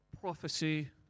prophecy